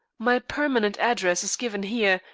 my permanent address is given here,